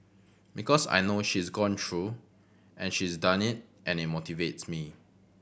because I know she's gone through and she's done it and it motivates me